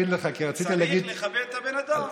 צריך לכבד את הבן אדם.